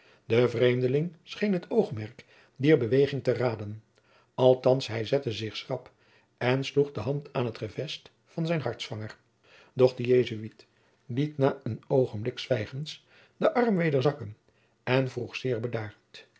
de vreemdeling scheen het oogmerk dier beweging te raden althands hij zette zich schrap en sloeg de hand aan t gevest van zijn hartsvanger doch de jesuit liet na een oogenblik zwijgens den arm weder zakken en vroeg zeer bedaard